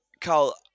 Carl